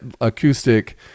acoustic